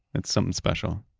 it's something special.